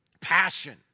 Passion